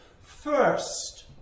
First